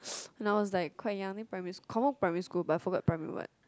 when I was like quite young I think primary confirm primary school but I forgot primary what